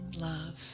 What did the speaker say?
love